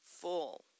full